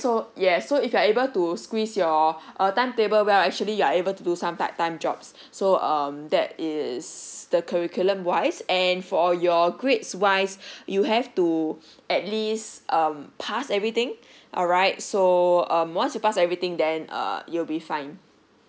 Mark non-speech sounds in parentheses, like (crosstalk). so yes so if you are able to squeeze your a timetable well actually you are able to do some part time jobs so um that is the curriculum wise and for your grades wise (breath) you have to at least um pass everything alright so um once you pass everything then uh you'll be fine